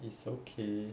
it's okay